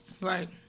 Right